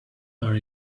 nor